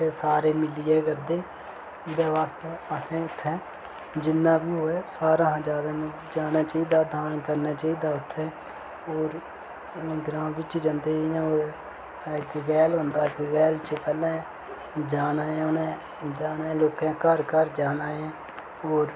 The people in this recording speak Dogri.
उत्थै सारे मिलियै करदे ओह्दे वास्तै असें इत्थै जिन्ना बी होवे सारें कशा मतलब जाना चाहिदा दान करना चाहिदा उत्थै होर ग्रांऽ बिच्च जंदे जियां कुतै इक गैल होंदा इक गैल च पैह्लें जाना ऐ उनें जाना लोकें दे घर घर जाना ऐ होर